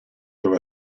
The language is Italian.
dove